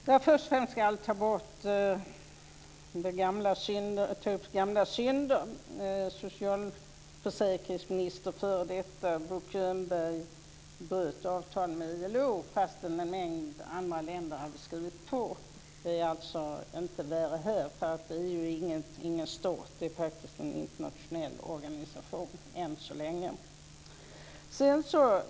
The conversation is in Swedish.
Herr talman! Först ska jag ta upp gamla synder. F.d. socialförsäkringsminister Bo Könberg bröt ett avtal med ILO fastän en mängd andra länder hade skrivit på. Det är alltså inte värre här, för EU är ingen stat utan en internationell organisation än så länge.